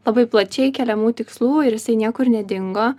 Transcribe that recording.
labai plačiai keliamų tikslų ir jisai niekur nedingo